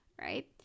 Right